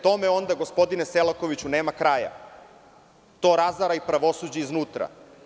Tome onda, gospodine Selakoviću, nema kraja, to razara i pravosuđe iznutra.